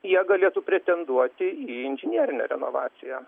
jie galėtų pretenduoti į inžinerinę renovaciją